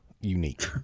unique